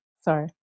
Sorry